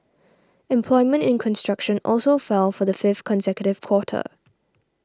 employment in construction also fell for the fifth consecutive quarter